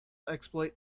exploit